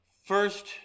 First